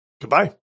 Goodbye